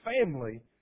family